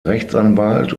rechtsanwalt